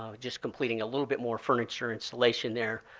um just completing a little bit more furniture installation there.